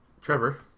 Trevor